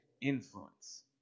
influence